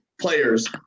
players